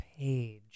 page